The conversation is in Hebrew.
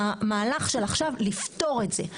מהמהלך של עכשיו לפתור את זה.